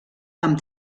amb